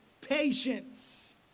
Patience